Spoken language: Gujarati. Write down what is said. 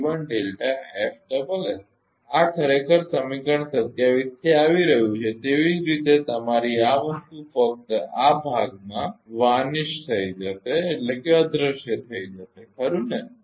તેથી આ ખરેખર સમીકરણ 27 થી આવી રહ્યું છે તેવી જ રીતે તમારી આ વસ્તુ ફક્ત આ ભાગ અદ્રશ્ય થઈ જશે ખરુ ને